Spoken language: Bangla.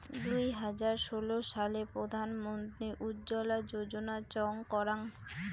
দুই হাজার ষোলো সালে প্রধান মন্ত্রী উজ্জলা যোজনা চং করাঙ